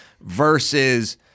versus